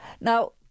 Now